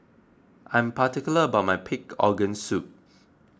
I'm particular about my Pig Organ Soup